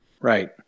Right